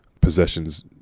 possessions